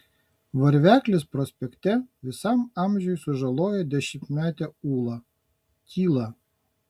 varveklis prospekte visam amžiui sužaloja dešimtmetę ulą tyla